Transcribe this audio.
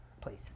Please